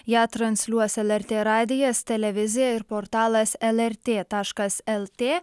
ją transliuos lrt radijas televizija ir portalas lrt taškas lt